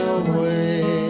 away